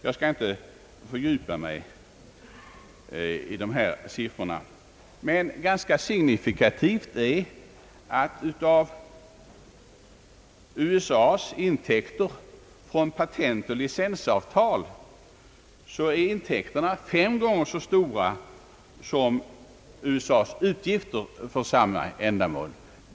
Jag skall inte fördjupa mig i dessa siffror, men ganska signifikativt är att USA:s intäkter från patentoch licensavgifter från Europa är fem gånger så stora som USA:s utgifter för samma ändamål.